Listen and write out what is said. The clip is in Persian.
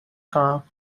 خواهم